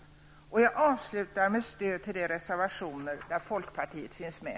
Jag avslutar med att ställa mig bakom de reservationer där folkpartiet finns med.